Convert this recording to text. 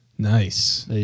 Nice